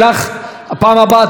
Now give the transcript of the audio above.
בפעם הבאה את בחוץ.